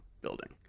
building